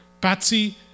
Patsy